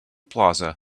plaza